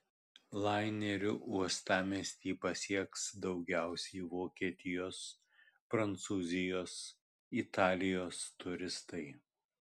laineriu uostamiestį pasieks daugiausiai vokietijos prancūzijos italijos turistai